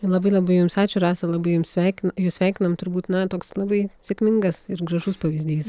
labai labai jums ačiū rasa labai jums sveiki jus sveikinam turbūt na toks labai sėkmingas ir gražus pavyzdys